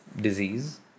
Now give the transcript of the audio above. disease